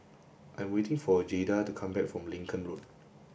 I am waiting for Jayda to come back from Lincoln Road